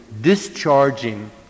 discharging